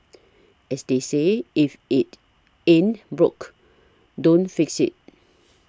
as they say if it ain't broke don't fix it